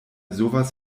sowas